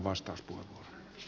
arvoisa puhemies